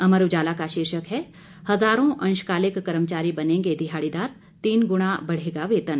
अमर उजाला का शीर्षक है हजारों अंशकालिक कर्मचारी बनेंगे दिहाड़ीदार तीन गुणा बढ़ेगा वेतन